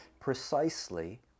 precisely